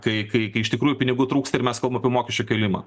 kai kai iš tikrųjų pinigų trūksta ir mes kalbam mokesčių kėlimą